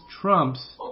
Trump's